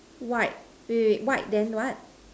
white wait wait wait white then what